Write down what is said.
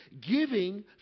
Giving